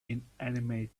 inanimate